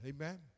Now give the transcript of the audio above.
Amen